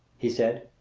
he said,